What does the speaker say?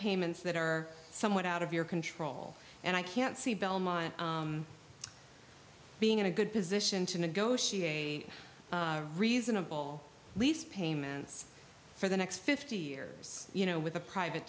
payments that are somewhat out of your control and i can't see belmont being in a good position to negotiate a reasonable lease payments for the next fifty years you know with a private